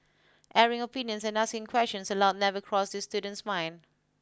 airing opinions and asking questions aloud never crossed this student's mind